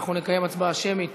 אנחנו נקיים הצבעה שמית